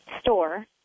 Store